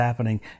happening